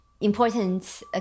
important